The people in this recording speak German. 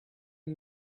jim